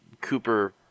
Cooper